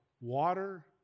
water